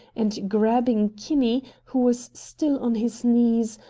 and grabbing kinney, who was still on his knees,